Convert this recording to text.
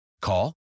Call